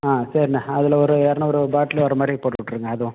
ஆ சரிண்ண அதில் ஒரு இரநூறு பாட்லு வரமாதிரி போட்டுவிட்ருங்க அதுவும்